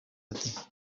ati